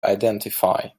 identify